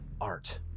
art